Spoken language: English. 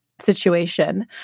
situation